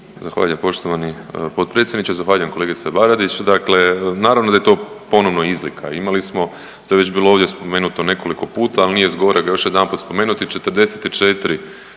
Zahvaljujem poštovani potpredsjedniče, zahvaljujem kolegice Baradić. Dakle, naravno da je to ponovno izlika. Imali smo, to je već ovdje bilo spomenuto nekoliko puta ali nije zgorega još jedanput spomenuti 44